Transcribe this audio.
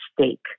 stake